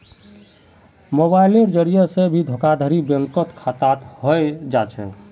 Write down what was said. मोबाइलेर जरिये से भी धोखाधडी बैंक खातात हय जा छे